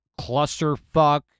clusterfuck